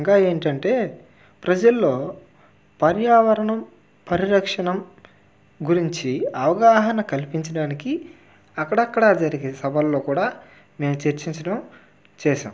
ఇంకా ఏంటంటే ప్రజల్లో పర్యావరణం పరిరక్షణం గురించి అవగాహన కల్పించడానికి అక్కడక్కడ జరిగే సభల్లో కూడా మేము చర్చించడం చేశాం